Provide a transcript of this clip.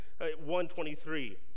1.23